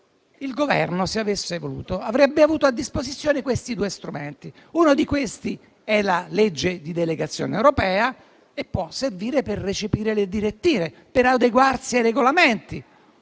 Il Governo, se avesse voluto, avrebbe avuto a disposizione questi due strumenti: uno di questi è la legge di delegazione europea e può servire per recepire le direttive, per adeguarsi ai regolamenti,